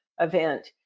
event